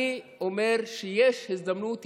אני אומר שיש הזדמנות,